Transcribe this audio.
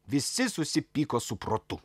visi susipyko su protu